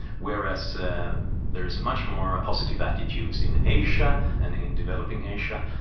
whereas there is much more positive attitudes in asia and in developing asia,